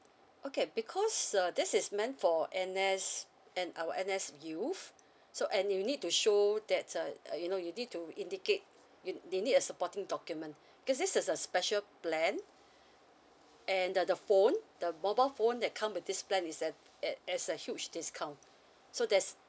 okay because uh this is meant for N_S N~ our N_S youth so and you need to show that uh uh you know you need to indicate you they need a supporting document because this is a special plan and uh the phone the mobile phone that come with this plan is at at has a huge discount so thus